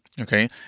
okay